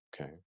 Okay